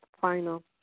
final